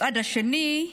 מצד שני,